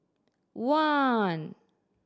one